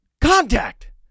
contact